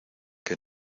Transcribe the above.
que